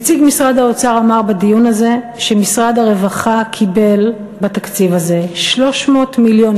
נציג משרד האוצר אמר בדיון הזה שמשרד הרווחה קיבל בתקציב הזה 300 מיליון